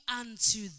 unto